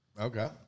Okay